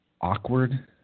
awkward